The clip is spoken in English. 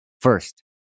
First